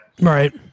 Right